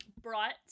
bright